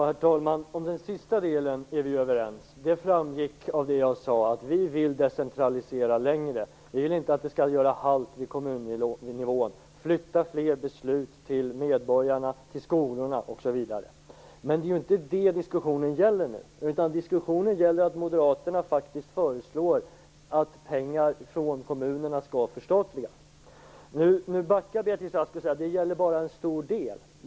Herr talman! Om den sista delen är vi överens. Det framgick av det jag sade att vi i Centern vill decentralisera längre. Vi vill inte att det skall göras halt vid kommunnivån. Flytta fler beslut till medborgarna, till skolorna osv! Men det är inte det som diskussionen gäller nu. Den gäller att Moderaterna faktiskt föreslår att pengar från kommunerna skall förstatligas. Nu backar Beatrice Ask och säger att det endast gäller "en stor del".